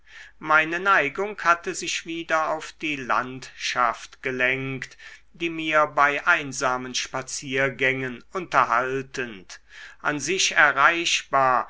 meine neigung hatte sich wieder auf die landschaft gelenkt die mir bei einsamen spaziergängen unterhaltend an sich erreichbar